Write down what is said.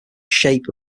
shape